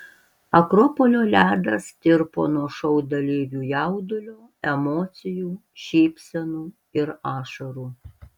akropolio ledas tirpo nuo šou dalyvių jaudulio emocijų šypsenų ir ašarų